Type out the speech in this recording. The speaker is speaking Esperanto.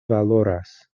valoras